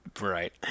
Right